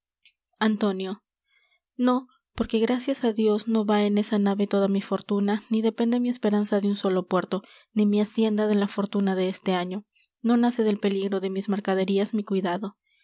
antonio no porque gracias á dios no va en esa nave toda mi fortuna ni depende mi esperanza de un solo puerto ni mi hacienda de la fortuna de este año no nace del peligro de mis mercaderías mi cuidado